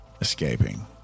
escaping